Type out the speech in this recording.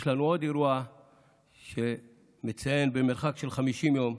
יש לנו עוד אירוע שמציינים במרחק של 50 יום,